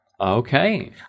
Okay